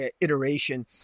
iteration